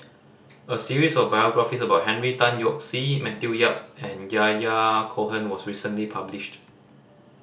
a series of biographies about Henry Tan Yoke See Matthew Yap and Yahya Cohen was recently published